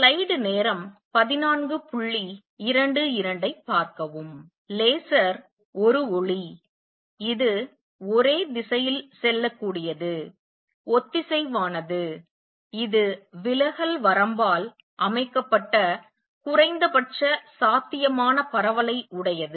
laser ஒரு ஒளி இது ஒரே திசையில் செல்லக்கூடியது ஒத்திசைவானது இது விலகல் வரம்பால் அமைக்கப்பட்ட குறைந்தபட்ச சாத்தியமான பரவலை உடையது